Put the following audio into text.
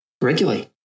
regularly